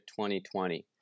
2020